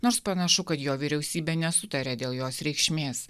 nors panašu kad jo vyriausybė nesutaria dėl jos reikšmės